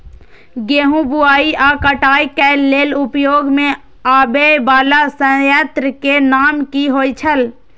गेहूं बुआई आ काटय केय लेल उपयोग में आबेय वाला संयंत्र के नाम की होय छल?